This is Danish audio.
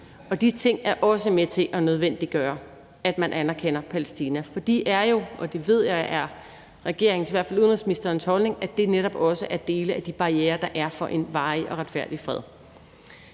og de ting er også med til at nødvendiggøre, at man anerkender Palæstina. For de er jo – og det ved jeg er regeringens og i hvert fald udenrigsministerens holdning – netop også dele af de barrierer, der er for en varig og retfærdig fred.